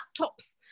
laptops